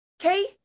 Okay